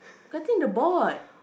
cutting the board